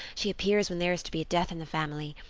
she appears when there is to be a death in the family.